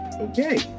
Okay